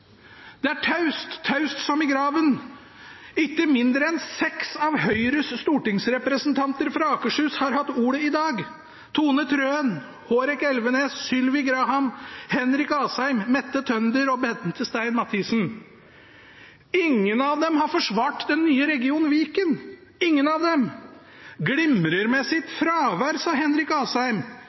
Det er taust, taust som i graven. Ikke mindre enn seks av Høyres stortingsrepresentanter fra Akershus har hatt ordet i dag: Tone Wilhelmsen Trøen, Hårek Elvenes, Sylvi Graham, Henrik Asheim, Mette Tønder og Bente Stein Mathisen. Ingen av dem har forsvart den nye regionen Viken. Ingen av dem! «Glimrer med sitt fravær», sa Henrik Asheim.